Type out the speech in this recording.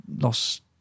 lost